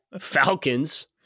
Falcons